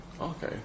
Okay